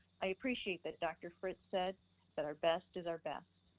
i appreciate that dr. fritz said that our best is our best.